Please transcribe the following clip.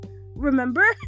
remember